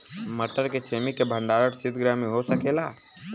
मटर के छेमी के भंडारन सितगृह में हो सकेला?